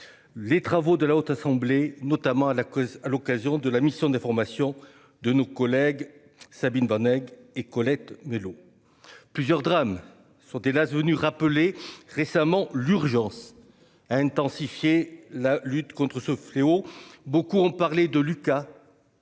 Les travaux de la Haute Assemblée notamment à la cause à l'occasion de la mission d'information de nos collègues Sabine Vanek et Colette Mélot plusieurs drames sont hélas venu rappeler récemment l'urgence à intensifier la lutte contre ce fléau. Beaucoup ont parlé de Lucas.